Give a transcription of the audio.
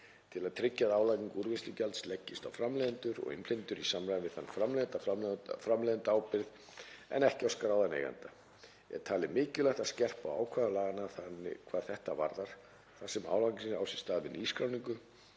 Til að tryggja að álagning úrvinnslugjalds leggist á framleiðendur og innflytjendur í samræmi við framleiðendaábyrgð en ekki á skráðan eiganda er talið mikilvægt að skerpa á ákvæðum laganna hvað þetta varðar þar sem álagning á sér stað við nýskráningu